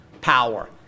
power